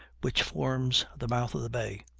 which forms the mouth of the bay.